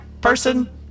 person